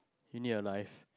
you need a life